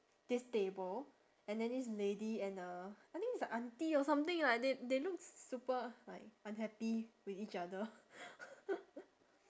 this table and then this lady and a I think is a aunty or something lah they they look super like unhappy with each other